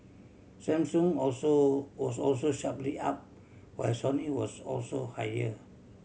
Samsung also was also sharply up while Sony was also higher